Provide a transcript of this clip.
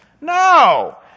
No